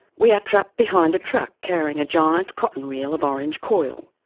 we are trapped behind a truck carrying a giant cotton reel of orange coil.